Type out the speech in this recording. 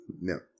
No